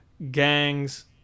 gangs